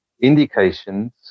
indications